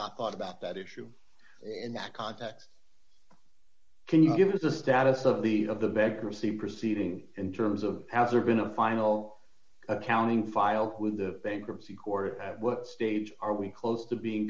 not thought about that issue in that context can you give us the status of the of the decorously proceeding in terms of has there been a final accounting file with the bankruptcy court stage are we close to being